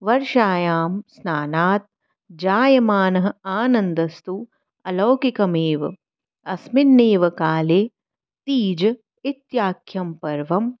वर्षायां स्नानात् जायमानः आनन्दस्तु अलौकिकमेव अस्मिन्नेव काले तीज् इत्याख्यं पर्व